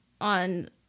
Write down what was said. on